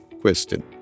question